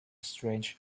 strange